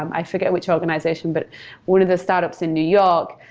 um i forget which organization, but one of the startups in new york.